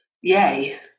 Yay